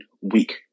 week